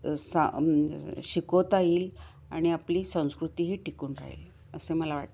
सा शिकवता येईल आणि आपली संस्कृतीही टिकून राहील असं मला वाटत आहे